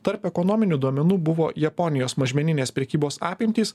tarp ekonominių duomenų buvo japonijos mažmeninės prekybos apimtys